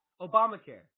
Obamacare